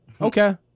Okay